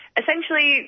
essentially